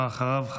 ואחריו,